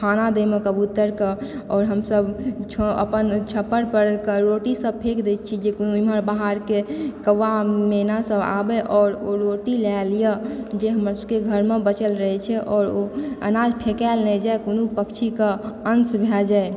खाना दएमे कबूतरके आओर हमसब अपन छप्पर परके रोटी सब फेंँक दए छिऐ जे केओ बाहरके कौवा मैना सब आबए आओर ओ रोटी लए लिए जे हमर सबके घरमे बचल रहए छै आओर ओ एना फेंँकल नहि जाए कोनो पक्षीकेँ अंश भए जाए